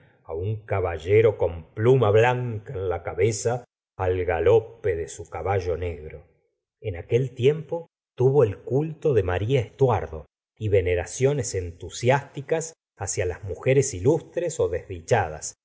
campiña un caballero con pluma blanca en la cabeza al galope de su caballo negro en aquel tiempo tuvo el culto de maría estuardo y veneraciones entusiásticas hacia las mujeres ilustres desdichadas